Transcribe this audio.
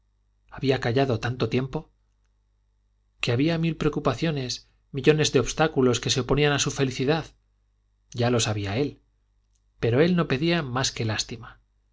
había callado tanto tiempo que había mil preocupaciones millones de obstáculos que se oponían a su felicidad ya lo sabía él pero él no pedía más que lástima